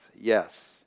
Yes